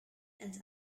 and